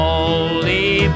Holy